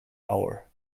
hour